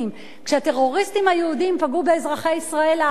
כשהטרוריסטים היהודים פגעו באזרחי ישראל הערבים,